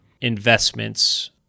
investments